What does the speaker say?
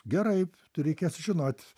gerai tai reikės žinot